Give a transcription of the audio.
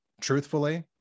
Truthfully